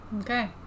Okay